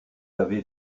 avait